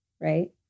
right